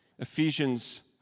Ephesians